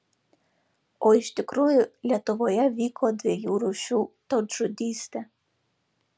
o iš tikrųjų lietuvoje vyko dviejų rūšių tautžudystė